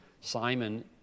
Simon